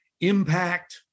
impact